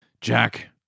Jack